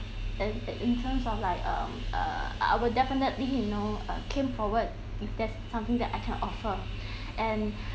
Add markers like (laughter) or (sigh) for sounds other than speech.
then that in terms of like um err I will definitely you know um come forward if there's something that I can offer (breath) and